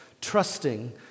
trusting